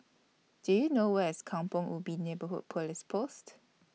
Do YOU know Where IS Kampong Ubi Neighbourhood Police Post